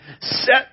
set